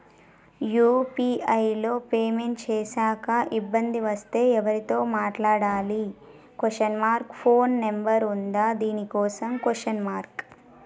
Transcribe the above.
UPI లో payment చేశాక ఇబ్బంది వస్తే ఎవరితో మాట్లాడాలి? ఫోన్ నంబర్ ఉందా దీనికోసం?